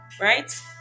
Right